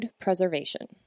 preservation